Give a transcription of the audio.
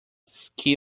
ski